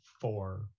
four